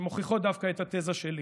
שמוכיחים דווקא את התזה שלי.